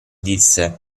disse